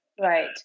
right